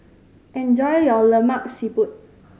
enjoy your Lemak Siput